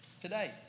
today